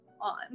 on